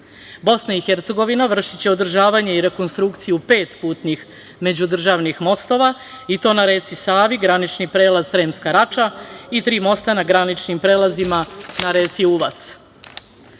Bosna i Hercegovina vršiće održavanje i rekonstrukciju pet putnim međudržavnih mostova i to na reci Savi, granični prelaz Sremska Rača i tri mosta na graničnim prelazima na reci